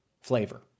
flavor